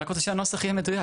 אני רק רוצה שהנוסח יהיה מדויק.